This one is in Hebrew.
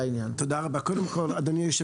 את הרעיון של תאי דלק מימן ויוצרת